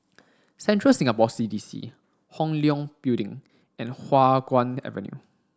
Central Singapore C D C Hong Leong Building and Hua Guan Avenue